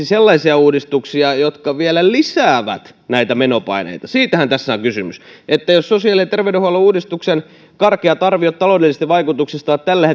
sellaisia uudistuksia jotka vielä lisäävät näitä menopaineita siitähän tässä on kysymys jos sosiaali ja terveydenhuollon uudistuksen karkeat arviot taloudellisista vaikutuksista ovat tällä